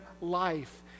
life